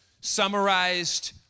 summarized